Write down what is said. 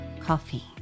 Coffee